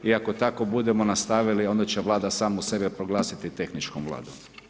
I ako tako budemo nastavili onda će Vlada samu sebe proglasiti tehničkom vladom.